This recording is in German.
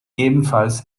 ebenfalls